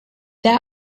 their